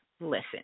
listen